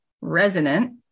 resonant